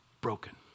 broken